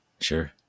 Sure